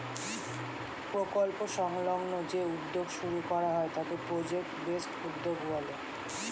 প্রকল্প সংলগ্ন যে উদ্যোগ শুরু করা হয় তাকে প্রজেক্ট বেসড উদ্যোগ বলে